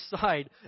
side